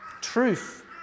truth